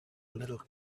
little